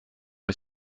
est